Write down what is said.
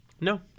No